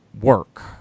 work